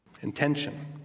Intention